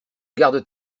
garde